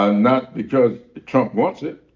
ah not because trump wants it.